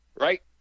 right